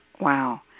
Wow